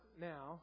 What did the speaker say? now